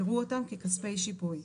יראו אותם ככספי שיפוי.